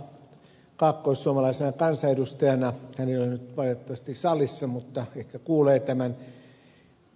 larikka kaakkoissuomalaisena kansanedustajana hän ei ole nyt valitettavasti salissa mutta ehkä kuulee tämän